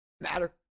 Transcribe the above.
Matter